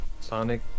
Sonic